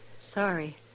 Sorry